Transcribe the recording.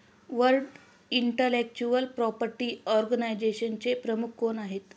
World Intellectual Property ऑर्गनायझेशनचे प्रमुख कोण आहेत?